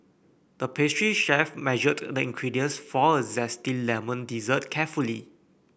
the pastry chef measured the ingredients for a zesty lemon dessert carefully